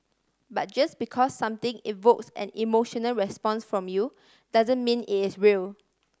but just because something evokes an emotional response from you doesn't mean it is real